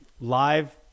live